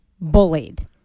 bullied